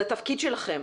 זה התפקיד שלכם.